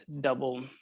double